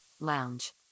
lounge